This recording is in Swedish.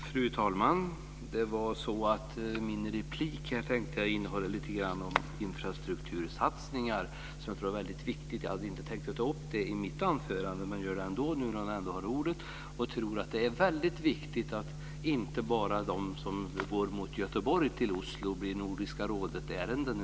Fru talman! Jag hade tänkt att replikera i frågan om infrastruktursatsningar. Jag hade inte tänkt att ta upp den frågan i mitt anförande, men jag gör det ändå nu när jag ändå har ordet. Det är viktigt att inte bara de frågor som gäller sträckan Göteborg-Oslo blir Nordiska rådet-ärenden.